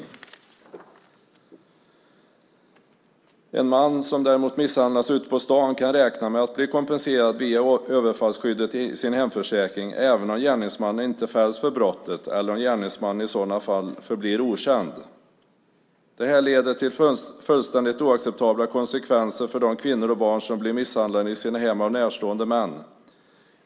Däremot kan en man som misshandlas ute på stan räkna med att bli kompenserad via överfallsskyddet i sin hemförsäkring även om gärningsmannen inte fälls för brottet eller om gärningsmannen i sådana fall förblir okänd. Det leder till fullständigt oacceptabla konsekvenser för de kvinnor och barn som blir misshandlade i sina hem av närstående män.